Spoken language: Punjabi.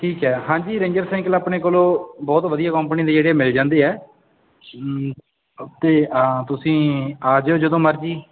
ਠੀਕ ਹੈ ਹਾਂਜੀ ਰੇਂਜਰ ਸਾਈਕਲ ਆਪਣੇ ਕੋਲੋਂ ਬਹੁਤ ਵਧੀਆ ਕੰਪਨੀ ਦੇ ਜਿਹੜੇ ਮਿਲ ਜਾਂਦੇ ਆ ਅਤੇ ਤੁਸੀਂ ਆ ਜਾਓ ਜਦੋਂ ਮਰਜ਼ੀ